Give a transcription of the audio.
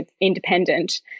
Independent